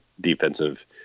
defensive